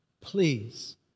please